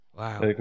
Wow